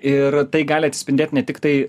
ir tai gali atsispindėt ne tiktai